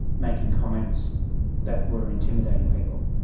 making comments that were intimidating people.